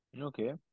Okay